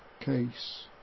case